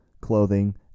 clothing